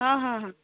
हां हां हां